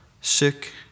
sick